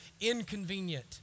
inconvenient